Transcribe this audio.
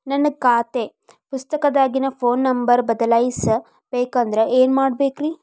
ನನ್ನ ಖಾತೆ ಪುಸ್ತಕದಾಗಿನ ಫೋನ್ ನಂಬರ್ ಬದಲಾಯಿಸ ಬೇಕಂದ್ರ ಏನ್ ಮಾಡ ಬೇಕ್ರಿ?